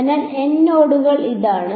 അതിനാൽ N നോഡുകൾ ഇതാണ്